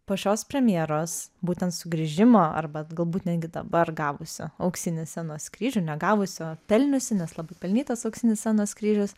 po šios premjeros būtent sugrįžimo arba galbūt netgi dabar gavusi auksinį scenos kryžių ne gavusi o pelniusi nes labai pelnytas auksinis scenos kryžius